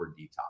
detox